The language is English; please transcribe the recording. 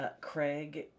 Craig